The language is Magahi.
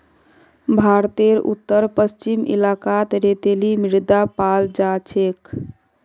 भारतेर उत्तर पश्चिम इलाकात रेतीली मृदा पाल जा छेक